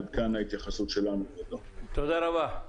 תודה רבה.